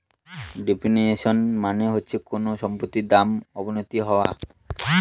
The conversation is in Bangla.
ডেপ্রিসিয়েশন মানে হচ্ছে কোনো সম্পত্তির দাম অবনতি হওয়া